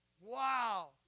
Wow